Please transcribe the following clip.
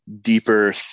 deeper